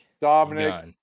Dominic